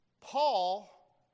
Paul